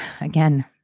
again